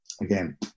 again